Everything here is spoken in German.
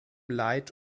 leid